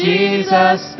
Jesus